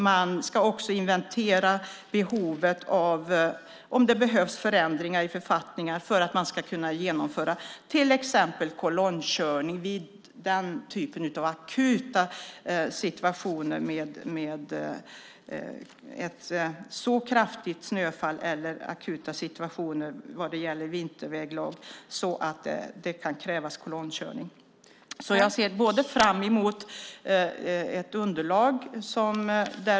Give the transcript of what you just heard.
Verket ska också inventera behovet av förändringar i författningar för att genomföra till exempel kolonnkörning vid akuta situationer med kraftiga snöfall eller vinterväglag. Jag ser fram emot ett underlag.